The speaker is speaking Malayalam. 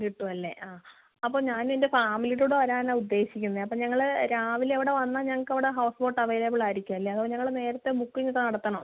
കിട്ടും അല്ലേ ആ അപ്പോൾ ഞാൻ എൻ്റെ ഫാമിലിയുടെ കൂടെ വരാനാണ് ഉദ്ദേശിക്കുന്നത് അപ്പം ഞങ്ങൾ രാവിലെ അവിടെ വന്നാൽ ഞങ്ങൾക്ക് അവിടെ ഹൗസ് ബോട്ട് അവൈലബിൾ ആയിരിക്കും അല്ലേ അതോ ഞങ്ങൾ നേരത്തെ ബുക്കിംഗ് നടത്തണോ